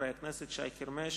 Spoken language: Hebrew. חברי הכנסת שי חרמש,